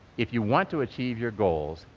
if you want to achieve your goals,